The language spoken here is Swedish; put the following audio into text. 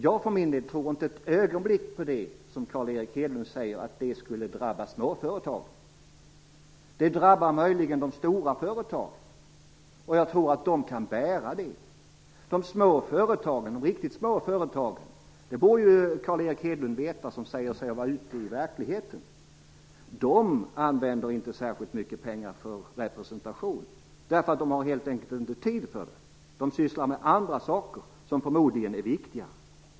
Jag för min del tror inte ett ögonblick på att detta, som Carl Erik Hedlund säger, skulle drabba småföretagen. Det drabbar möjligen de stora företagen, och jag tror att de kan bära det. De små företagen, de riktigt små företagen - och det borde ju Carl Erik Hedlund veta, som säger sig vara ute i verkligheten - använder inte särskilt mycket pengar för representation. De har helt enkelt inte tid för det, utan de sysslar med andra saker, som förmodligen är viktigare.